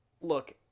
look